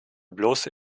bloße